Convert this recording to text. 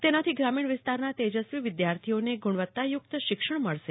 તેનાથી ગ્રામીણ વિસ્તારનાં તેજસ્વી વિદ્યાર્થીઓને ગુજ઼વત્તાયુક્ત શિક્ષણ મળશે